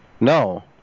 No